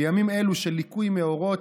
בימים אלו של ליקוי מאורות,